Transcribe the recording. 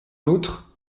outre